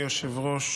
אני מזמין את יושב-ראש